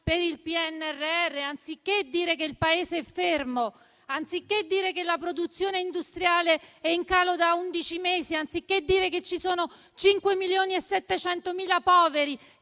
per il PNRR; anziché dire che il Paese è fermo; anziché dire che la produzione industriale è in calo da undici mesi; anziché dire che ci sono 5,7 milioni di poveri